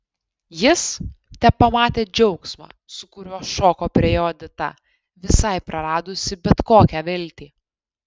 jis tepamatė džiaugsmą su kuriuo šoko prie jo edita visai praradusi bet kokią viltį